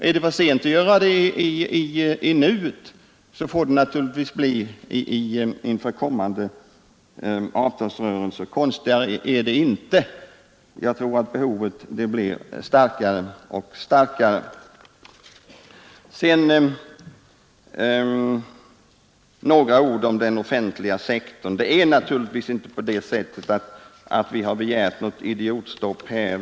Är det för sent att genomföra en sådan i denna avtalsomgång, så får det naturligtvis bli inför en kommande avtalsrörelse — konstigare är det inte. Jag tror att behovet blir starkare och starkare. Så några ord om den offentliga sektorn. Det är naturligtvis inte på det sättet att vi har begärt något idiotstopp här.